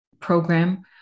program